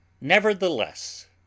nevertheless